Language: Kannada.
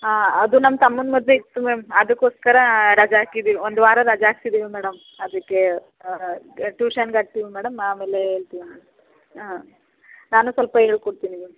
ಹಾಂ ಅದು ನಮ್ಮ ತಮ್ಮನ ಮದುವೆ ಇತ್ತು ಮ್ಯಾಮ್ ಅದಕ್ಕೋಸ್ಕರ ರಜೆ ಹಾಕಿದ್ದೀವಿ ಒಂದು ವಾರ ರಜೆ ಹಾಕಿಸಿದ್ದೀವಿ ಮೇಡಮ್ ಅದಕ್ಕೆ ಟ್ಯೂಷನ್ ಹಾಕ್ತೀವಿ ಮೇಡಮ್ ಆಮೇಲೆ ಹೇಳ್ತೀವಿ ಮೇಡಮ್ ಹಾಂ ನಾನು ಸ್ವಲ್ಪ ಹೇಳಿ ಕೊಡ್ತೀನಿ ಮ್ಯಾಮ್